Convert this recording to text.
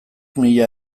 mila